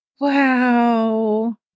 Wow